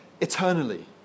eternally